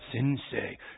Sensei